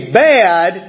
bad